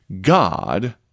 God